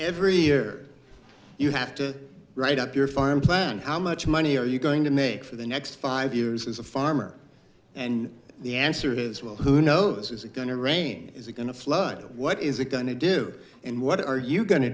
every year you have to write up your farm plan how much money are you going to make for the next five years as a farmer and the answer is well who knows is it going to rain is it going to flood what is it going to do and what are you go